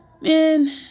Man